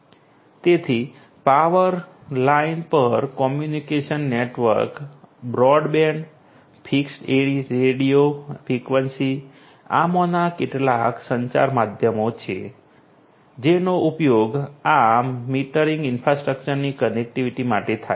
તેથી power line પર communication network broadband fixed radio frequency આમાંના કેટલાક સંચાર માધ્યમો છે જેનો ઉપયોગ આ મીટરિંગ ઇન્ફ્રાસ્ટ્રક્ચરની કનેક્ટિવિટી માટે થાય છે